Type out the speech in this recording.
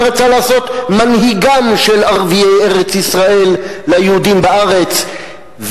מה רצה לעשות מנהיגם של ערביי ארץ-ישראל ליהודים בארץ,